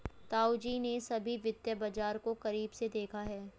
ताऊजी ने सभी वित्तीय बाजार को करीब से देखा है